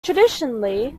traditionally